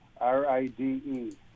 R-I-D-E